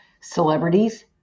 celebrities